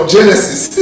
Genesis